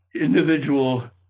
individual